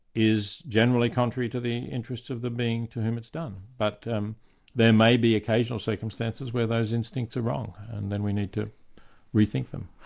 is generally contrary to the interests of the being to whom it's done. but there may be occasional circumstances where those instincts are wrong, and then we need to re-think them.